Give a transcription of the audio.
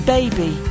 Baby